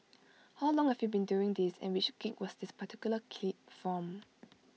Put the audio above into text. how long have you been doing this and which gig was this particular clip from